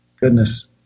goodness